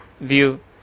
view